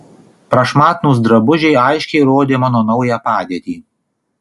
prašmatnūs drabužiai aiškiai rodė mano naują padėtį